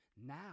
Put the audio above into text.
Now